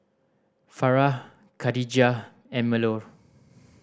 Farah Khadija and Melur